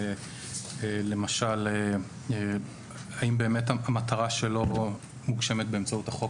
למשל האם באמת המטרה שלו מוגשמת באמצעות החוק